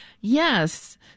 Yes